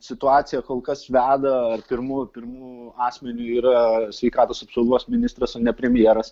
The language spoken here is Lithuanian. situaciją kol kas veda pirmu pirmu asmeniu yra sveikatos apsaugos ministras o ne premjeras